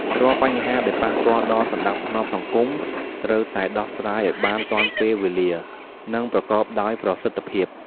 រាល់បញ្ហាដែលប៉ះពាល់ដល់សណ្តាប់ធ្នាប់សង្គម ត្រូវតែដោះស្រាយឱ្យបាន ទាន់ពេលវេលា និងប្រកបដោយប្រសិទ្ធភាព។